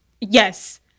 Yes